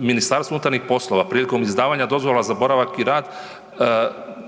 MUP prilikom izdavanja dozvola za boravak i rad